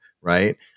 right